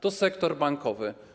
To sektor bankowy.